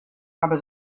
aber